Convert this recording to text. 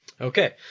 Okay